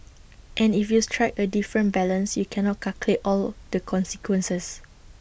and if you strike A different balance you cannot calculate all the consequences